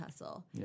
hustle